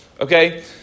Okay